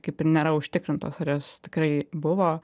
kaip ir nėra užtikrintos ar jos tikrai buvo